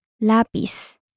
Lapis